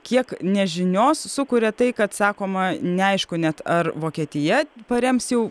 kiek nežinios sukuria tai kad sakoma neaišku net ar vokietija parems jau